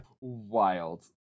wild